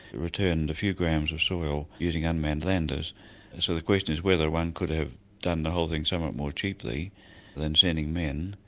returned a few grams of soil using unmanned landers, and so the question is whether one could have done the whole thing somewhat more cheaply than sending men.